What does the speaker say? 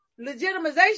legitimization